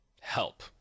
help